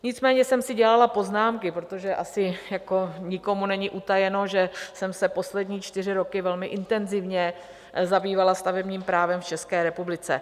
Nicméně jsem si dělala poznámky, protože asi nikomu není utajeno, že jsem se poslední čtyři roky velmi intenzivně zabývala stavebním právem v České republice.